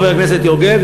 חבר הכנסת יוגב,